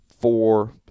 four